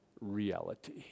reality